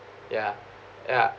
ya ya